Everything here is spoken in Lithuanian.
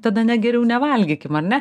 tada ne geriau nevalgykim ar ne